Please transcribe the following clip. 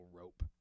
rope